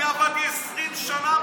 אני עבדתי 20 שנה